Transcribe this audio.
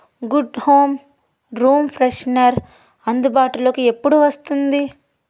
good home room freshener అందుబాటులోకి ఎప్పుడు వస్తుంది